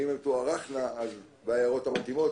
ואם יוארך אז בהערות המתאימות,